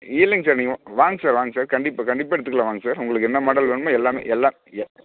இல்லைங்க சார் நீங்கள் வாங்க சார் வாங்க சார் கண்டிப்பாக கண்டிப்பாக எடுத்துக்கலாம் வாங்க சார் உங்களுக்கு என்ன மாடல் வேணுமோ எல்லாமே எல்லாம் எல்